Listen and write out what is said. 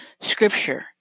scripture